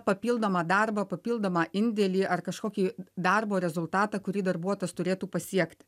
papildomą darbą papildomą indėlį ar kažkokį darbo rezultatą kurį darbuotojas turėtų pasiekti